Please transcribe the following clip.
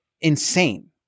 insane